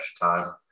time